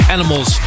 Animals